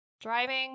driving